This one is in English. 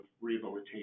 rehabilitation